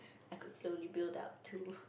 I got slowly build up to